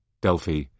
Delphi